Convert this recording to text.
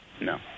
No